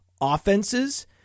offenses